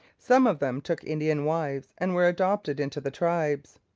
some of them took indian wives and were adopted into the tribes.